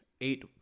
eight